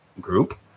group